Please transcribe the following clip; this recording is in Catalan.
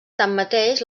tanmateix